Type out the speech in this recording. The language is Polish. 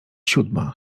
siódma